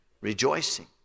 rejoicing